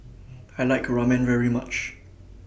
I like Ramen very much